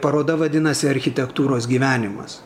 paroda vadinasi architektūros gyvenimas